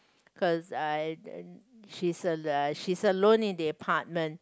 cause uh she's uh she's alone in the apartment